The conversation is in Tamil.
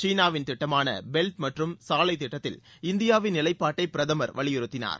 சீனாவின் திட்டமாள பெல்ட் மற்றும் சாலை திட்டத்தில் இந்தியாவின் நிலைப்பாட்டை பிரதமர் வலியுறுத்தினார்